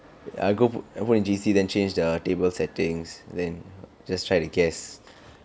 err I put in G_C then change the table settings then just try to guess